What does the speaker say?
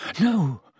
No